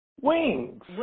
wings